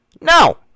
No